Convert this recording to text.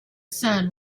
sun